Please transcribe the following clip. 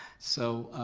so